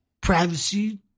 privacy